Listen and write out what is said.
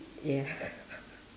ya